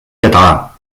català